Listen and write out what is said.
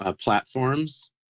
Platforms